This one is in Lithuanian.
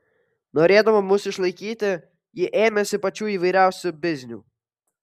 norėdama mus išlaikyti ji ėmėsi pačių įvairiausių biznių